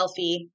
selfie